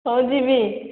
ହଉ ଯିବି